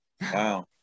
Wow